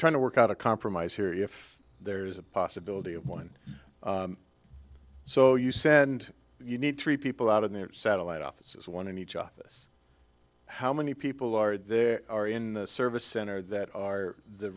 trying to work out a compromise here if there is a possibility of one so you send you need three people out of their satellite offices one in each office how many people are there are in the service center that are the